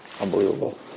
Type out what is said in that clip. unbelievable